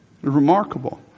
remarkable